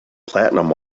platinum